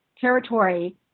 territory